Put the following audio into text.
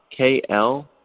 KL